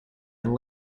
and